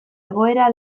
egoera